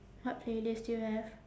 what playlist do you have